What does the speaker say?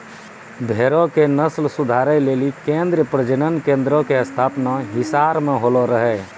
भेड़ो के नस्ल सुधारै लेली केन्द्रीय प्रजनन केन्द्रो के स्थापना हिसार मे होलो रहै